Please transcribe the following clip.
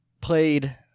played